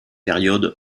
période